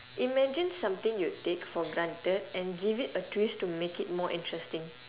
imagine something you take for granted and give it a twist to make it more interesting